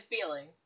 feeling